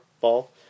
ball